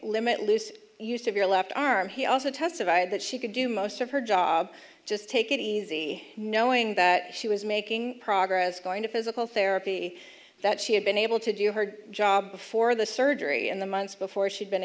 limit lose use of your left arm he also testified that she could do most of her job just take it easy knowing that she was making progress going to physical therapy that she had been able to do her job before the surgery and the months before she'd been